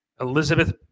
Elizabeth